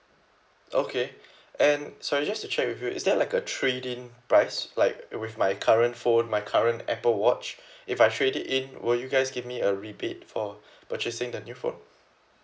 okay and sorry just to check with you is there like a trade in price like with my current phone my current apple watch if I trade it in will you guys give me a rebate for purchasing the new phone